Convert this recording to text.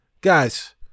guys